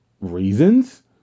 reasons